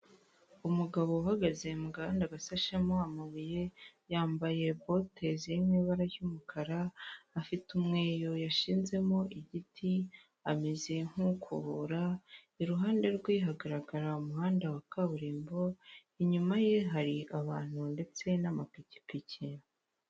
Umugabo uhagaze mu gahanda gasashemo amabuye, yambaye bote ziri mu ibara ry'umukara, afite umweyo yashizemo igiti, ameze nk'ukubura, iruhande rwe hagaragara umuhanda wa kaburimbo, inyuma ye hari abantu ndetse n'amapikipiki.